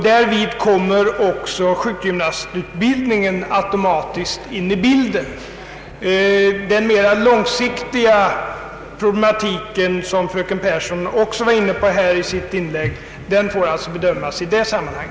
Därvid kommer också sjukgymnastutbildningen <automatiskt in i bilden. Den mera långsiktiga problematiken, som fröken Pehrsson också var inne på i sitt inlägg, får alltså bedömas i detta sammanhang.